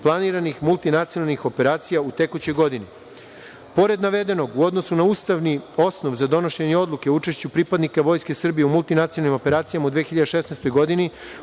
multinacionalnih operacija u tekućoj godini. Pored navedenog u odnosu na ustavni osnov za donošenje odluke o učešću pripadnika Vojske Srbije u multinacionalnim operacijama u 2016. godini